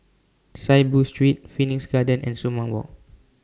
Saiboo Street Phoenix Garden and Sumang Walk